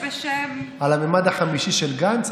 גולש בשם, על המימד החמישי של גנץ?